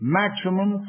maximum